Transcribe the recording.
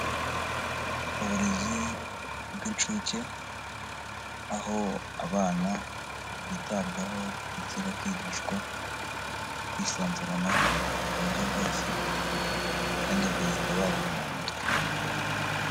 Uburezi bw'inshuke, aho abana bitabwaho ndetse bakigishwa kwisanzuranaho mu buryo bwose kandi bakagenda baguka mu mutwe.